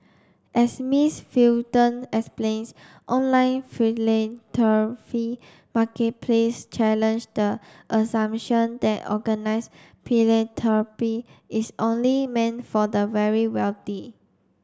as Miss Fulton explains online philanthropy marketplace challenge the assumption that organised philanthropy is only meant for the very wealthy